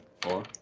four